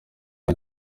nta